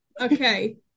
Okay